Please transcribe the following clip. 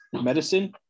medicine